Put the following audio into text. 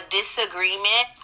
disagreement